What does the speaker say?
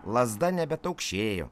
lazda nebe taukšėjo